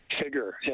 figure